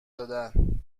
دادن